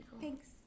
Thanks